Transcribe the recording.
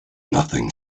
nothing